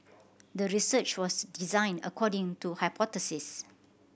the research was designed according to hypothesis